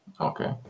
okay